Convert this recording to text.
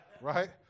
Right